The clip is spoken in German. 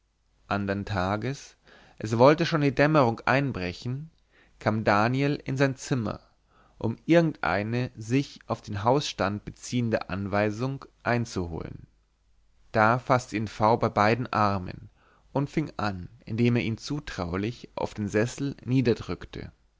andern tages es wollte schon die dämmerung einbrechen kam daniel in sein zimmer um irgendeine sich auf den hausstand beziehende anweisung einzuholen da faßte ihn v bei beiden armen und fing an indem er ihn zutraulich auf den sessel niederdrückte